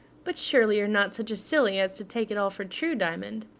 but surely you're not such a silly as to take it all for true, diamond?